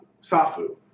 Safu